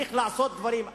צריך לעשות דברים,